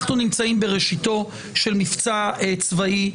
אנחנו נמצאים בראשיתו של מבצע צבאי.